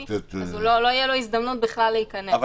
לא תהיה לו בכלל הזדמנות להיכנס.